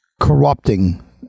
corrupting